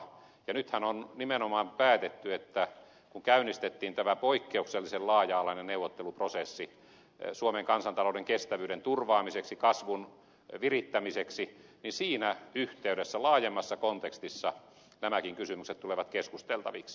nythän on nimenomaan päätetty että kun käynnistettiin tämä poikkeuksellisen laaja alainen neuvotteluprosessi suomen kansantalouden kestävyyden turvaamiseksi kasvun virittämiseksi niin siinä yhteydessä laajemmassa kontekstissa nämäkin kysymykset tulevat keskusteltaviksi